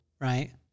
Right